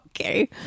Okay